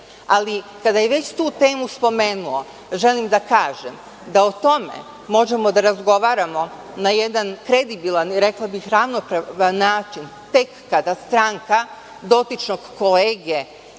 Ali, kada je već tu temu spomenuo, želim da kažem da o tome možemo da razgovaramo na jedan kredibilan i rekla bih ravnopravan način tek kada stranka dotičnog kolege